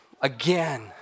again